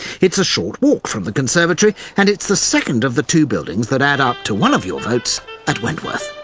it's a short walk from the conservatory, and it's the second of the two buildings that add up to one of your votes at wentworth.